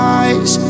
eyes